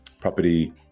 property